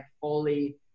fully